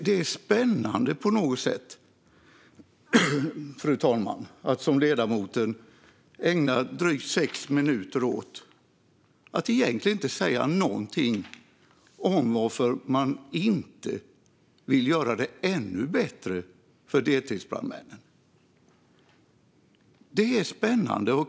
Det är spännande på något sätt, fru talman, att ledamoten ägnar drygt sex minuter åt att egentligen inte säga någonting om varför man inte vill göra det ännu bättre för deltidsbrandmännen.